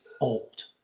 old